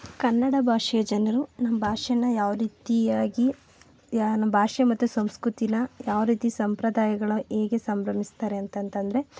ಕನ್ನಡ ಭಾಷೆಯ ಜನರು ನಮ್ಮ ಭಾಷೆನ ಯಾವರೀತೀಯಾಗಿ ಯಾ ನಮ್ಮ ಭಾಷೆ ಮತ್ತು ಸಂಸ್ಕೃತಿನ ಯಾವರೀತಿ ಸಂಪ್ರದಾಯಗಳು ಹೇಗೆ ಸಂಭ್ರಮಿಸ್ತಾರೆ ಅಂತಂತಂದ್ರೆ